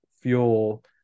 fuel